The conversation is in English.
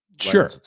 Sure